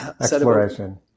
exploration